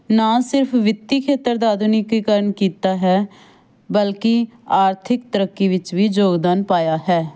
ਨਾ ਸਿਰਫ ਵਿੱਤੀ ਖੇਤਰ ਦਾ ਆਧੁਨਿਕੀਕਰਨ ਕੀਤਾ ਹੈ ਬਲਕਿ ਆਰਥਿਕ ਤਰੱਕੀ ਵਿੱਚ ਵੀ ਯੋਗਦਾਨ ਪਾਇਆ ਹੈ